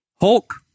Hulk